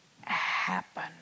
happen